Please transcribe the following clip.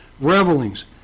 revelings